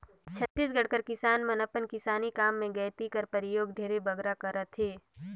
छत्तीसगढ़ कर किसान मन अपन किसानी काम मे गइती कर परियोग ढेरे बगरा करथे